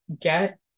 get